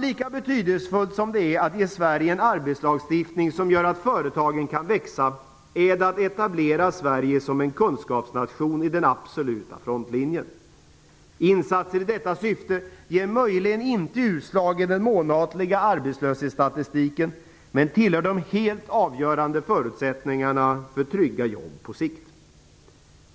Lika betydelsefullt som det är att ge Sverige en arbetslagstiftning som gör att företagen kan växa är det att etablera Sverige som en kunskapsnation i den absoluta frontlinjen. Insatser i detta syfte ger möjligen inte utslag i den månatliga arbetslöshetsstatistiken men tillhör de helt avgörande förutsättningarna för trygga jobb på sikt.